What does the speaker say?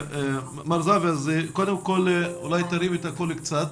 מר זהבי, קודם כל אולי תרים את הקול קצת.